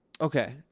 Okay